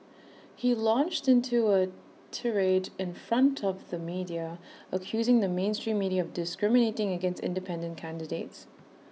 he launched into A tirade in front of the media accusing the mainstream media of discriminating against independent candidates